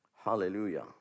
Hallelujah